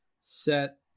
set